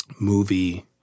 movie